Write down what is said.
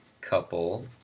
couple